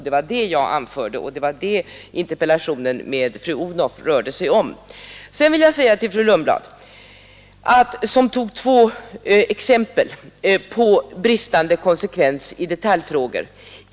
Det var det jag anförde, och det var det interpellationsdebatten med fru Odhnoff rörde sig om. Fru Lundblad anförde två exempel på bristande konsekvens i detaljfrågor.